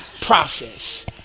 process